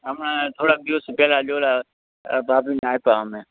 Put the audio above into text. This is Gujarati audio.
આમાં થોડા દિવસ પેલા જ ઓલા આપ્યા અમે